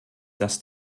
dass